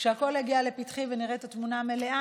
כשהכול יגיע לפתחי ונראה את התמונה המלאה,